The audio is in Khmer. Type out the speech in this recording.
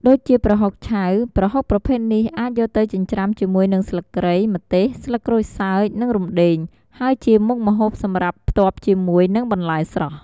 ដូចជាប្រហុកឆៅ ប្រហុកប្រភេទនេះអាចយកទៅចិញ្ច្រាំជាមួយនឹងស្លឹកគ្រៃ ម្ទេស ស្លឹកក្រូចសើច និងរំដេង ហើយជាមុខម្ហូបសម្រាប់ផ្ទាប់ជាមួយនឹងបន្លែស្រស់។